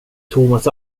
thomas